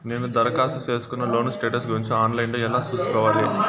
నేను దరఖాస్తు సేసుకున్న లోను స్టేటస్ గురించి ఆన్ లైను లో ఎలా సూసుకోవాలి?